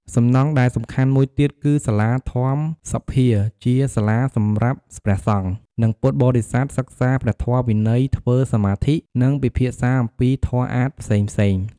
សំណង់ដែលសំខាន់មួយទៀតគឺសាលាធម្មសភាជាសាលាសម្រាប់ព្រះសង្ឃ និងពុទ្ធបរិស័ទសិក្សាព្រះធម៌វិន័យ ធ្វើសមាធិ និងពិភាក្សាអំពីធម៌អាថ៌ផ្សេងៗ។